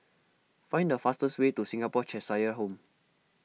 find the fastest way to Singapore Cheshire Home